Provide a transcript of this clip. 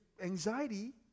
anxiety